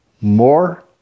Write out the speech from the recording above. more